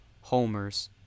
homers